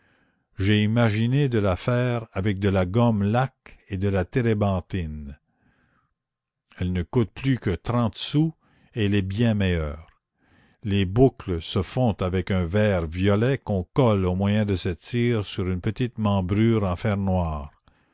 j'ai imaginé de la faire avec de la gomme laque et de la térébenthine elle ne coûte plus que trente sous et elle est bien meilleure les boucles se font avec un verre violet qu'on colle au moyen de cette cire sur une petite membrure en fer noir